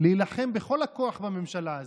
להילחם בכל הכוח בממשלה הזו,